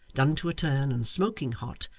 done to a turn, and smoking hot,